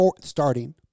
starting